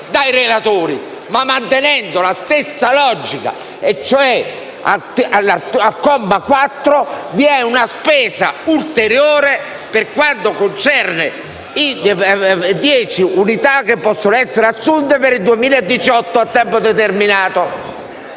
dai relatori, ma mantenendo la stessa logica: al comma 4, infatti, vi è una spesa ulteriore per quanto concerne le dieci unità che possono essere assunte per il 2018 a tempo determinato.